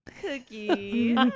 Cookie